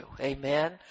Amen